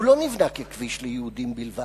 הוא לא נבנה ככביש ליהודים בלבד.